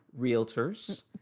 Realtors